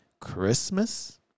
Christmas